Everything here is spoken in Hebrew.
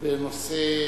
בנושא